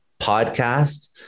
podcast